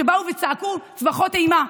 שבאו וצעקו צווחות אימה.